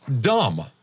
dumb